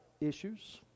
issues